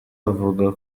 abavuga